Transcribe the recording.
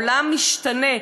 העולם משתנה,